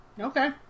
Okay